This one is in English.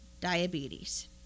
diabetes